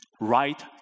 right